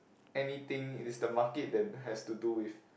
anything it is the market that has to do with